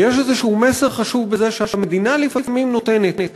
יש איזשהו מסר חשוב בזה שהמדינה לפעמים נותנת.